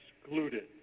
excluded